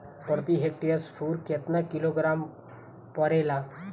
प्रति हेक्टेयर स्फूर केतना किलोग्राम परेला?